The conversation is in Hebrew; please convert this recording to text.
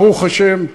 ברוך השם,